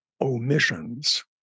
omissions